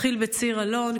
אתחיל בציר אלון,